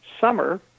summer